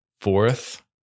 Fourth